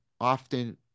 often